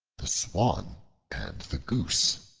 the swan and the goose